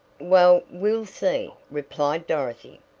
well, we'll see, replied dorothy.